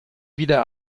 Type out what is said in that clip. wieder